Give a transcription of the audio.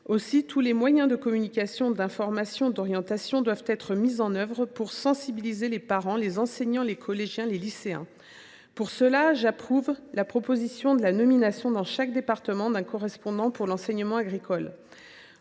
Aussi, tous les moyens de communication, d’information et d’orientation doivent ils être mis en œuvre pour sensibiliser les parents, les enseignants, les collégiens, les lycéens. Pour cela, j’approuve la proposition de la nomination dans chaque département d’un correspondant pour l’enseignement agricole.